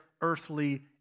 earthly